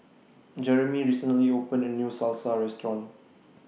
Jerimy recently opened A New Salsa Restaurant